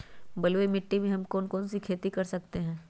बलुई मिट्टी में हम कौन कौन सी खेती कर सकते हैँ?